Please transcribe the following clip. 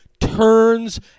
turns